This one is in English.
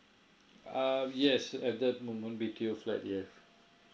um yes at that moment B_T_O flat yes